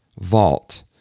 Vault